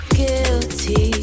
guilty